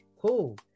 Cool